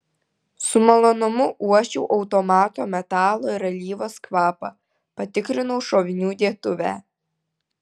su malonumu uosčiau automato metalo ir alyvos kvapą patikrinau šovinių dėtuvę